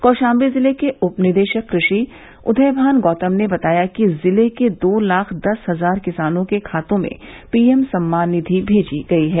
कौशाम्बी जिले के उप निदेशक कृषि उदय भान गौतम ने बताया कि जिले के दो लाख दस हजार किसानों के खाते में पीएम सम्मान निधि भेजी गई है